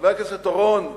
חבר הכנסת אורון,